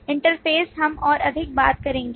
interface हम और अधिक बात करेंगे